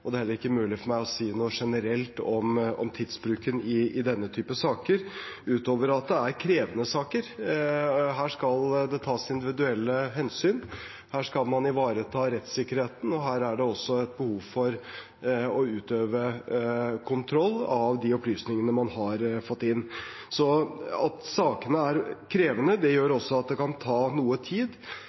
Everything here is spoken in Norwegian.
det er heller ikke mulig for meg å si noe generelt om tidsbruken i denne type saker, utover at det er krevende saker. Her skal det tas individuelle hensyn, her skal man ivareta rettssikkerheten, og her er det også et behov for å utøve kontroll av de opplysningene man har fått inn. At sakene er krevende, gjør også at det kan ta noe tid.